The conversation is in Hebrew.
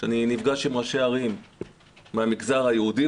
כשאני נפגש עם ראשי ערים מהמגזר היהודי,